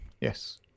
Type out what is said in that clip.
Yes